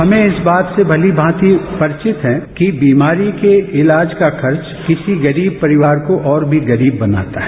हम इस बात से भलीमांति परिवित है कि बीमारी के इलाज का खर्च किसी गरीब परिवार को और भी गरीब बनाता है